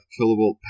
kilovolt